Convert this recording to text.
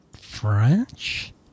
French